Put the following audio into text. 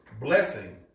blessing